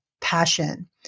passion